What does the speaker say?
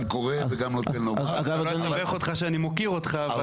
גם קורא וגם נותן --- שאני לא אסבך אותך שאני מוקיר אותך.